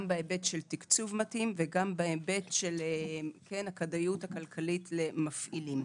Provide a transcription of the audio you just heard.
גם בהיבט של תקצוב מתאים וגם בהיבט של הכדאיות הכלכלית למפעילים.